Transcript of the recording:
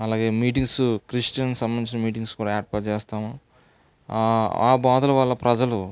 అలాగే meetings Christian సంబంధించిన meetings కూడా ఏర్పాటు చేస్తాము ఆ బాధల వల్ల ప్రజలు